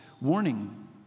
warning